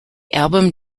album